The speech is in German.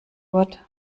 gott